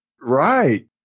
Right